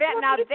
now